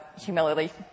humility